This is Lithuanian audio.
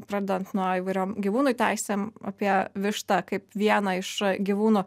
pradedant nuo įvairiom gyvūnui teisėm apie vištą kaip vieną iš gyvūnų